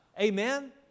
Amen